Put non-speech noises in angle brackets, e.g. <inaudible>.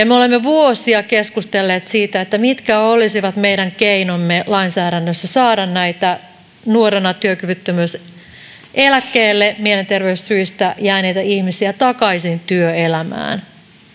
<unintelligible> me olemme vuosia keskustelleet siitä mitkä olisivat meidän keinomme lainsäädännössä saada näitä nuorena työkyvyttömyyseläkkeelle mielenterveyssyistä jääneitä ihmisiä takaisin työelämään